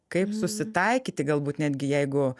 kaip susitaikyti galbūt netgi jeigu